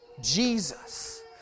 Jesus